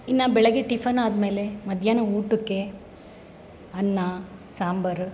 ಇನ್ನೂ ಬೆಳಗ್ಗೆ ಟಿಫನ್ ಆದ್ಮೇಲೆ ಮಧ್ಯಾಹ್ನ ಊಟಕ್ಕೆ ಅನ್ನ ಸಾಂಬಾರು